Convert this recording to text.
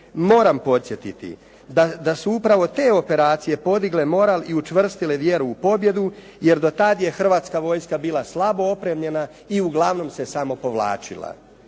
Moram podsjetiti, da su upravo te operacije podigle moral i učvrstile vjeru u pobjedu, jer do tad je Hrvatska vojska bila slabo opremljena i uglavnom se samo povlačila.